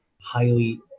highly